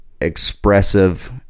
expressive